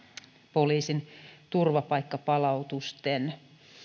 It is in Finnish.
poliisin turvapaikkapalautusten